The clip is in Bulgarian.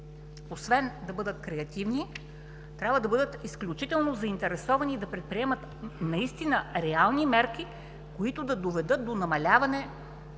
освен да бъдат креативни, трябва да бъдат изключително заинтересовани и да предприемат наистина реални мерки, които да доведат до намаляване